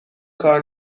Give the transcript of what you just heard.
کار